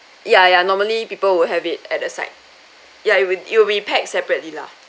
ya ya normally people will have it at the side ya you it it will be packed separately lah